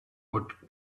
what